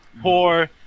poor